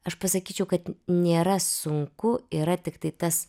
aš pasakyčiau kad nėra sunku yra tiktai tas